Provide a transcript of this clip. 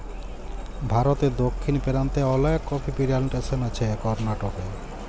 ভারতে দক্ষিণ পেরান্তে অলেক কফি পিলানটেসন আছে করনাটকে